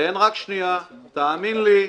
תן רק שנייה, תאמין לי.